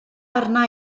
arna